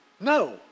No